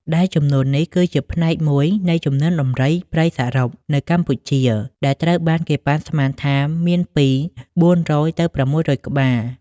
ដែលចំនួននេះគឺជាផ្នែកមួយនៃចំនួនដំរីព្រៃសរុបនៅកម្ពុជា ដែលត្រូវបានគេប៉ាន់ស្មានថាមានពី ៤០០ ទៅ ៦០០ក្បាល។